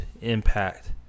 impact